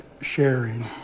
sharing